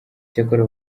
icyakora